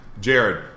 Jared